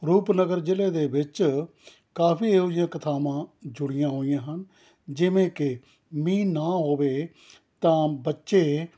ਰੂਪਨਗਰ ਜ਼ਿਲ੍ਹੇ ਦੇ ਵਿੱਚ ਕਾਫੀ ਇਹੋ ਜਿਹੀਆਂ ਕਥਾਵਾਂ ਜੁੜੀਆਂ ਹੋਈਆਂ ਹਨ ਜਿਵੇਂ ਕਿ ਮੀਂਹ ਨਾ ਹੋਵੇ ਤਾਂ ਬੱਚੇ